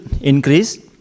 increase